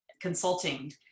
consulting